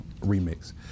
remix